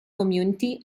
community